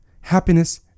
happiness